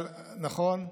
נכון.